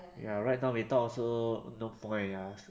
ya right now we talk about it also no point ah